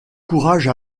courage